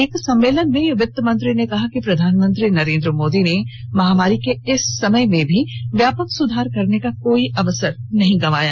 एक सम्मेलन में वित्तमंत्री ने कहा कि प्रधानमंत्री नरेंद्र मोदी ने महामारी के इस समय में भी व्यापक सुधार करने का कोई अवसर नहीं गंवाया